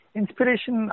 inspiration